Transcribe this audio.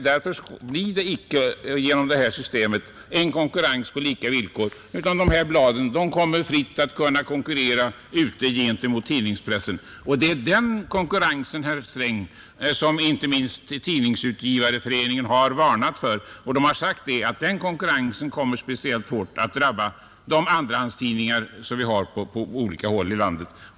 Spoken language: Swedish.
Därför blir det genom detta system icke en konkurrens på lika villkor, utan sådana blad kommer att kunna fritt konkurrera med tidningspressen, Det är den konkurrensen, herr Sträng, som inte minst Tidningsutgivareföreningen har varnat för; man har sagt att den konkurrensen kommer speciellt hårt att drabba de andrahandstidningar som finns på olika håll i landet.